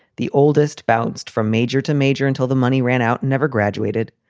the oldest bounced from major to major until the money ran out. never graduated.